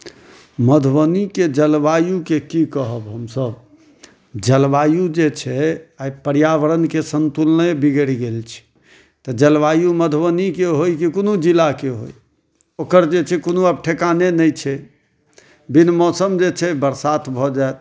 मधुबनीके जलवायुके की कहब हमसब जलवायु जे छै आइ पर्यावरणके सन्तुलने बिगड़ि गेल छै तऽ जलवायु मधुबनीके होइ की कोनो जिलाके होइ ओकर जे छै कोनो आब ठेकाने नहि छै बिन मौसम जे छै बरसात भऽ जायत